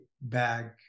bag